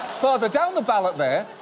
further down the ballot there,